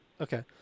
Okay